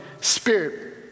spirit